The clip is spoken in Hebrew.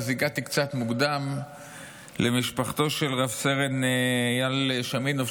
הגעתי קצת מוקדם למשפחתו של רב-סרן אייל שומינוב,